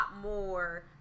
more